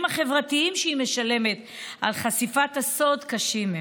החברתיים שהיא משלמת על חשיפת הסוד קשים הם,